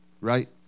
right